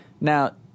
now